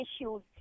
issues